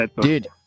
Dude